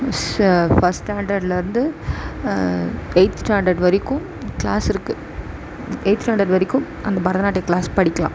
first ஸ்டாண்டர்டுலருந்து eighth standard வரைக்கும் கிளாஸுருக்கு எயிட்த் ஸ்டாண்டர்ட் வரைக்கும் அந்த பரதநாட்டியம் கிளாஸ் படிக்கலாம்